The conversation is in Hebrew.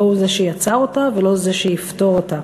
לא הוא זה שיצר אותה ולא זה שיפתור אותה.